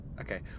Okay